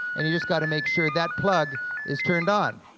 and you just gotta make sure that plug is turned on,